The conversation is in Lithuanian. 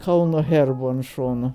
kauno herbu ant šono